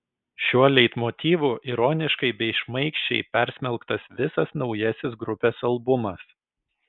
šiuo leitmotyvu ironiškai bei šmaikščiai persmelktas visas naujasis grupės albumas